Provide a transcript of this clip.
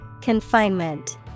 Confinement